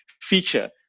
feature